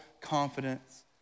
confidence